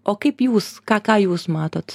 o kaip jūs ką ką jūs matot